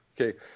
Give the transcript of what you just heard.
Okay